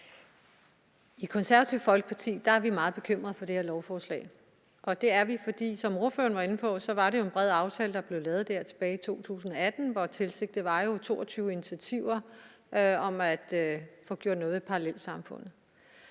Konservative Folkeparti er vi meget bekymret for det her lovforslag, og det er vi, fordi det, som ordføreren var inde på, var en bred aftale, der blev lavet tilbage i 2018, og tilsigtet jo var 22 initiativer om at få gjort noget ved parallelsamfundene.